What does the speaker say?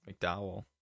McDowell